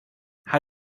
how